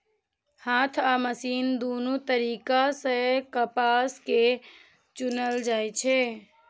हाथ आ मशीन दुनू तरीका सं कपास कें चुनल जाइ छै